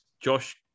Josh